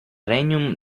regnum